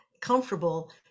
comfortable